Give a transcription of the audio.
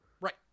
Right